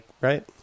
right